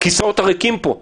הכיסאות הריקים של הקואליציה,